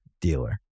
dealer